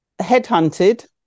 Headhunted